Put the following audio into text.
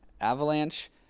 Avalanche